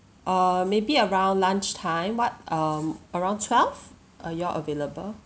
uh maybe around lunchtime what um around twelve are you all available